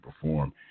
perform